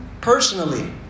personally